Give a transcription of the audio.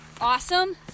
Awesome